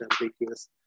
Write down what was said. ambiguous